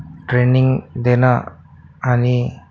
training देणं आणि